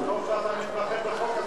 טוב שאתה מתמחה בחוק הזה.